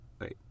wait